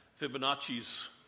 Fibonacci's